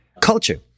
culture